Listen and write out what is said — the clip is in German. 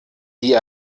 die